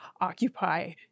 occupy